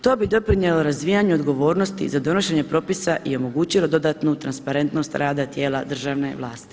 To bi doprinijelo razvijanju odgovornosti za donošenje propisa i omogućilo dodatnu transparentnost rada tijela državne vlasti.